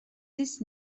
this